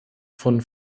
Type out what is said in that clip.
von